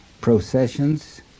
processions